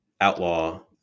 outlaw